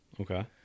Okay